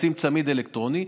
לשים צמיד אלקטרוני,